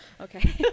Okay